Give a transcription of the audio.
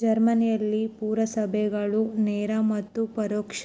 ಜರ್ಮನಿಯಲ್ಲಿ ಪುರಸಭೆಗಳು ನೇರ ಮತ್ತು ಪರೋಕ್ಷ